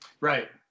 Right